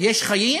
יש חיים